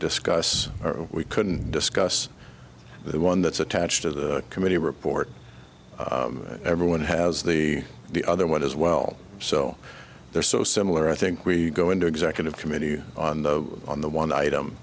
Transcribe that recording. discuss we couldn't discuss the one that's attached to the committee report everyone has the the other one as well so they're so similar i think we go into executive committee on the on the one item